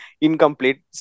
incomplete